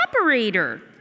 operator